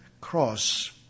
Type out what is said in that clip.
cross